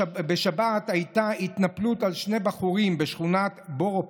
בשבת הייתה התנפלות על שני בחורים בשכונת בורו